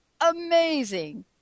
amazing